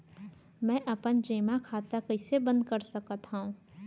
मै अपन जेमा खाता कइसे बन्द कर सकत हओं?